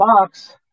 box